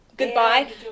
goodbye